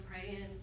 praying